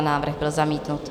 Návrh byl zamítnut.